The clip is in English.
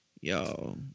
Yo